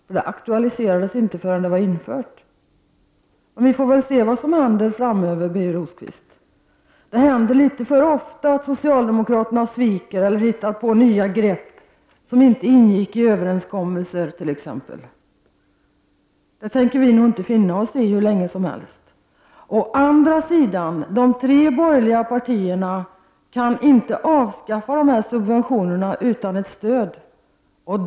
Frågan aktualiserades inte förrän detta var infört. Vi får väl se vad som händer framöver, Birger Rosqvist. Det händer litet för ofta att socialdemokraterna sviker eller hittar på nya grepp som inte ingick i överenskommelsen. Det tänker vi inte finna oss i hur länge som helst. Å andra sidan kan de tre borgerliga partierna inte avskaffa dessa subventioner utan ett stöd.